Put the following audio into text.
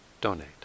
donate